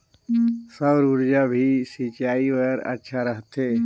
सौर ऊर्जा भी सिंचाई बर अच्छा रहथे?